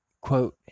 quote